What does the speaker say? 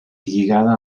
lligada